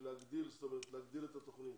להגדיל את התוכנית,